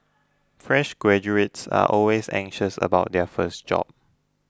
fresh graduates are always anxious about their first job